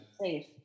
safe